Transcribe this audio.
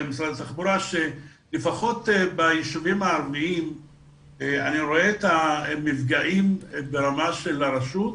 שלפחות ביישובים הערביים אני רואה את המפגעים ברמה של הרשות,